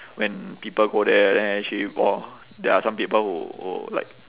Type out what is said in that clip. when people go there then actually !wah! there are some people who who like